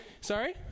sorry